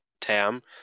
tam